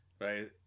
Right